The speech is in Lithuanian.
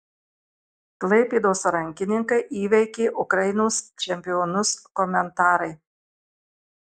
klaipėdos rankininkai įveikė ukrainos čempionus komentarai